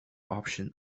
option